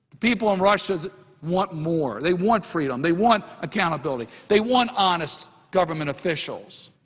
people in russia want more. they want freedom. they want accountability. they want honest government officials.